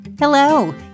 Hello